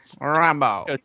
Rambo